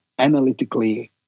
analytically